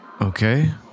Okay